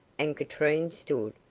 and katrine stood,